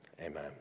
Amen